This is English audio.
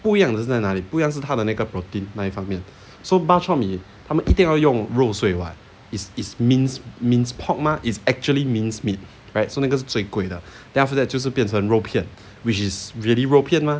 不一样的在哪里不一样是他的那个 protein 那一方面 so bak chor mee 他们一定要用肉碎 [what] is is minced minced pork mah is actually minced meat correct so 那个是最贵的 then after that 就是变成肉片 which is really 肉片吗